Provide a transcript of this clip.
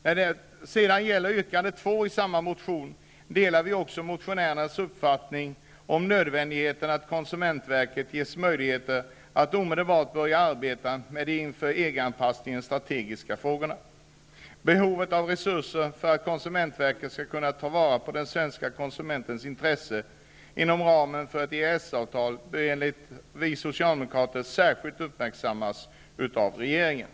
Också när det gäller yrkande 2 i nämnda motion delar vi motionärernas uppfattning om nödvändigheten av att konsumentverket ges möjligheter att omedelbart börja arbeta med de inför EG-anpassningen strategiska frågorna. Behovet av resurser för att konsumentverket skall kunna ta vara på svenska konsumenters intressen inom ramen för ett EES-avtal bör, tycker vi socialdemokrater, särskilt uppmärksammas av regeringen.